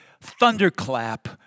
thunderclap